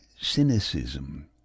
cynicism